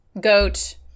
goat